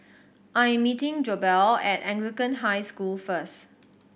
I'm meeting Goebel at Anglican High School first